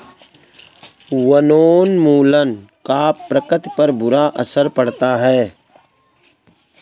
वनोन्मूलन का प्रकृति पर बुरा असर पड़ता है